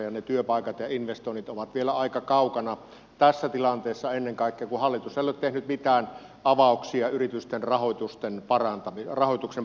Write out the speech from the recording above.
ne työpaikat ja investoinnit ovat vielä aika kaukana tässä tilanteessa ennen kaikkea kun hallitus ei ole tehnyt mitään avauksia yritysten rahoituksen parantamiseksi